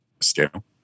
Scale